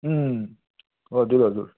उम् हजुर हजुर